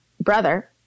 brother